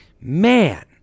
man